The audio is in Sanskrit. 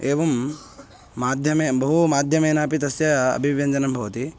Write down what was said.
एवं माध्यमे बहू माध्यमेन अपि तस्य अभिव्यञ्जनं भवति